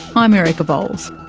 i'm erica vowles.